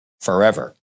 forever